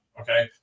Okay